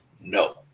no